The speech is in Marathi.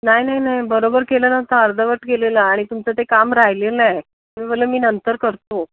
नाही नाही नाही बरोबर केलं नव्हतं अर्धवट केलेलं आणि तुमचं ते काम राहिलेलं आहे तुम्ही बोलले मी नंतर करतो